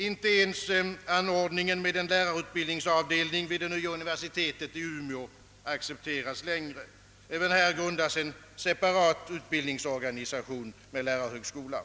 Inte ens anordningen med en lärarutbildningsavdelning vid det nya universitetet i Umeå accepteras längre. Även här grundas en separat utbildningsorganisation med lärarhögskola.